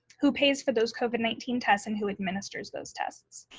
who pays for those covid nineteen tests and who administers those tests?